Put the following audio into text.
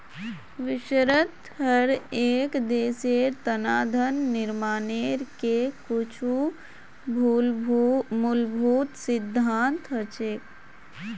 विश्वत हर एक देशेर तना धन निर्माणेर के कुछु मूलभूत सिद्धान्त हछेक